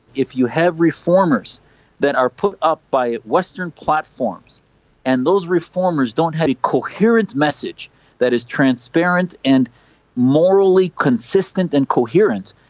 if you have reformers that are put up by western platforms and those reformers don't have a coherent message that is transparent and morally consistent and coherent,